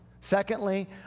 secondly